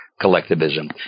collectivism